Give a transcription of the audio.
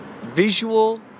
visual